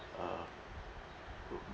uh